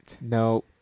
No